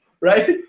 right